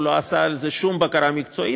הוא לא עשה על זה שום בקרה מקצועית.